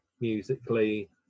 musically